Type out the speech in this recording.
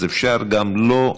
אז אפשר גם לא.